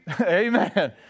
amen